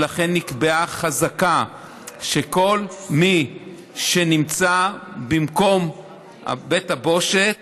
ולכן נקבעה חזקה שכל מי שנמצא במקום בית הבושת,